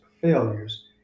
failures